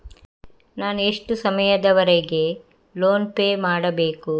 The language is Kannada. ನಾನು ಎಷ್ಟು ಸಮಯದವರೆಗೆ ಲೋನ್ ಪೇ ಮಾಡಬೇಕು?